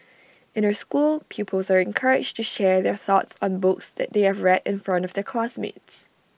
in her school pupils are encouraged to share their thoughts on books they have read in front of their classmates